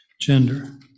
gender